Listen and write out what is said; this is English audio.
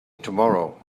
tomorrow